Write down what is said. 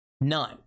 none